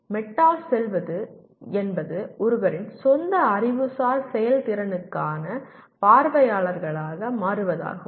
meta செல்வது என்பது ஒருவரின் சொந்த அறிவுசார் செயல்திறனுக்கான பார்வையாளர்களாக மாறுவதாகும்